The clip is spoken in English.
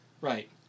Right